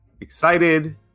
excited